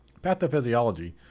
Pathophysiology